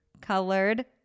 colored